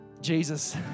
Jesus